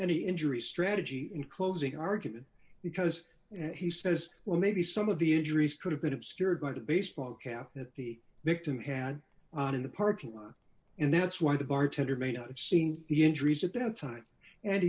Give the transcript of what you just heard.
any injury strategy in closing argument because he says well maybe some of the injuries could have been obscured by the baseball cap that the victim had in the parking lot and that's why the bartender may not have seen the injuries at that time and